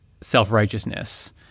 self-righteousness